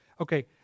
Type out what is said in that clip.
okay